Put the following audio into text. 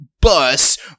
bus